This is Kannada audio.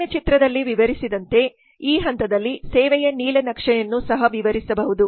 ಕೆಳಗಿನ ಚಿತ್ರದಲ್ಲಿ ವಿವರಿಸಿದಂತೆ ಈ ಹಂತದಲ್ಲಿ ಸೇವೆಯ ನೀಲನಕ್ಷೆಯನ್ನು ಸಹ ವಿವರಿಸಬಹುದು